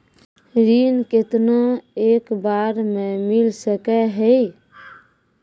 ऋण केतना एक बार मैं मिल सके हेय?